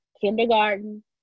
kindergarten